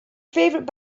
favorite